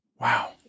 Wow